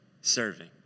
serving